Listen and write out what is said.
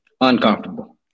uncomfortable